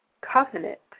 covenant